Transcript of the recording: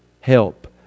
help